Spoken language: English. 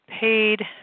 paid